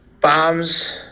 bombs